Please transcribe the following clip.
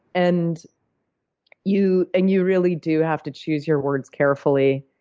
and you and you really do have to choose your words carefully.